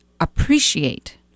appreciate